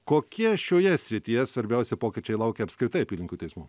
kokie šioje srityje svarbiausi pokyčiai laukia apskritai apylinkių teismų